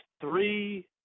three –